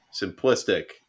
simplistic